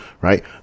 right